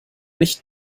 nicht